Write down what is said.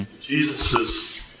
Jesus